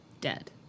Dead